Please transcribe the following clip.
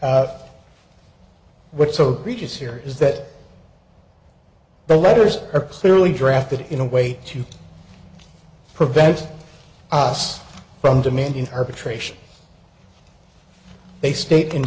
of what so reaches here is that the letters are clearly drafted in a way to prevent us from demanding perpetration they state